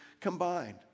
combined